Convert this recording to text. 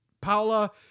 Paula